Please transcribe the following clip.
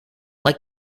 like